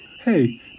Hey